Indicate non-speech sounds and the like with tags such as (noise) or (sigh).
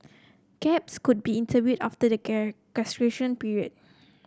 gaps could be interviewed after the (unintelligible) period